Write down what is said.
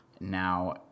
now